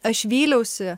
aš vyliausi